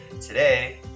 Today